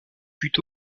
fut